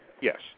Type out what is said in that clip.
Yes